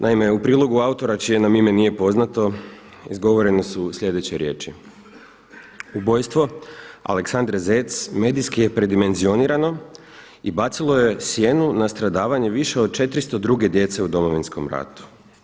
Naime, u prilogu autora čije nam ime nije poznato izgovorene su sljedeće riječi: Ubojstvo Aleksandre Zec medijski je predimenzionirano i bacilo je sjeno na stradavanje više od 400 druge djece u Domovinskom ratu.